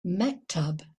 maktub